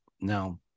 Now